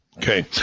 Okay